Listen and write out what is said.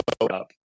up